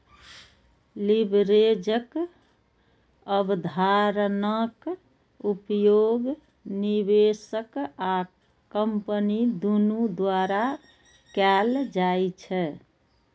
लीवरेजक अवधारणाक उपयोग निवेशक आ कंपनी दुनू द्वारा कैल जाइ छै